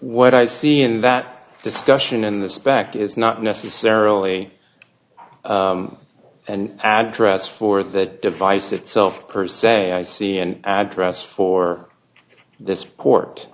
what i see in that discussion in the spect is not necessarily and address for the device itself per se i see and address for this court